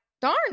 darn